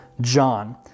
John